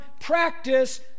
practice